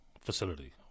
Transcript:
facility